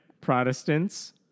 Protestants